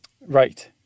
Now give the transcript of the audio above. Right